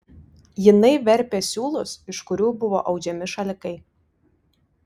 jinai verpė siūlus iš kurių buvo audžiami šalikai